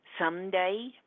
Someday